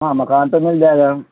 ہ مکان ت میں جیا گ